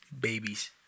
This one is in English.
Babies